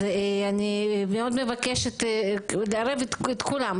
אז אני מאוד מבקשת לערב את כולם,